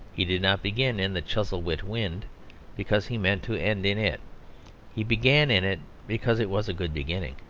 he did not begin in the chuzzlewit wind because he meant to end in it he began in it because it was a good beginning.